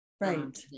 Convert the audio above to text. Right